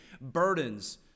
burdens